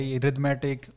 arithmetic